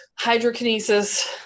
Hydrokinesis